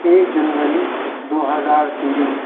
ایک جنوری دو ہزار تین